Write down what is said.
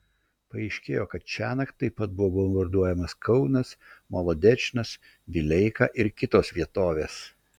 paaiškėjo kad šiąnakt taip pat buvo bombarduojamas kaunas molodečnas vileika ir kitos vietovės